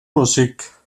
musik